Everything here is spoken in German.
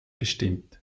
bestimmt